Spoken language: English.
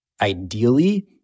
ideally